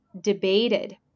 debated